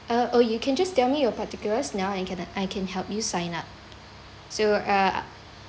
uh oh you can just tell me your particulars now and can I I can help you sign up so uh